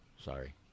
Sorry